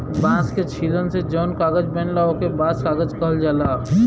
बांस के छीलन से जौन कागज बनला ओके बांस कागज कहल जाला